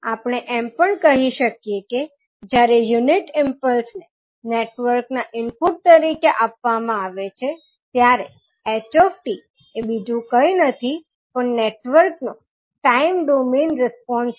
આપણે એમ પણ કહી શકીએ કે જ્યારે યુનિટ ઇમ્પલ્સને નેટવર્કના ઇનપુટ તરીકે આપવામાં આવે છે ત્યારે h𝑡 એ બીજુ કંઈ નથી પણ નેટવર્કનો ટાઇમ ડોમેઇન રિસ્પોન્સ છે